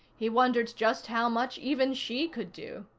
he wondered just how much even she could do.